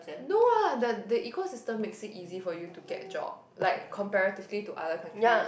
no lah the the ecosystem makes it easy for you to get job like comparatively to other countries